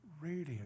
radiant